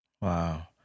wow